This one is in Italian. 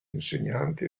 insegnanti